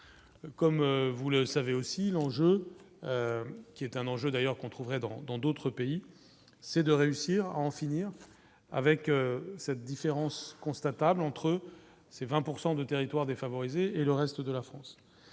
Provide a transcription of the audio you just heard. comme vous le savez aussi l'enjeu qui est un enjeu d'ailleurs qu'on trouverait dans dans d'autres pays, c'est de réussir à en finir avec cette différence, constate table entre eux, c'est 20 pourcent de territoires défavorisés et le reste de la France,